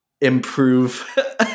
improve